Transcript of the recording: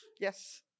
Yes